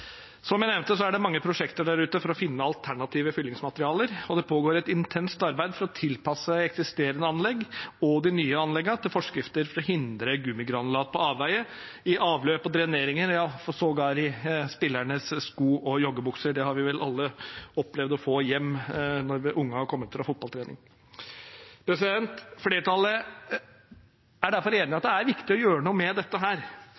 Som jeg nevnte, er det mange prosjekter der ute for å finne alternative fyllingsmaterialer, og det pågår et intenst arbeid for å tilpasse eksisterende og nye anlegg til forskrifter for å hindre gummigranulat på avveier i avløp og dreneringer – sågar i spillernes sko og joggebukser. Det har vi vel alle opplevd å få hjem når ungene har kommet fra fotballtrening. Flertallet er derfor enige om at det er viktig å gjøre noe med dette,